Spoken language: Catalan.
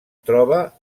troba